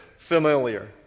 Familiar